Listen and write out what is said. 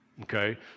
okay